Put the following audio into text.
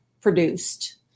produced